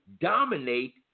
dominate